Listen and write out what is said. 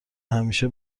همیشه